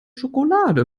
schokolade